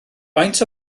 faint